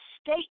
State